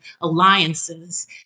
alliances